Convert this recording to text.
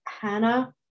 Hannah